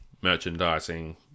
merchandising